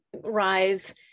rise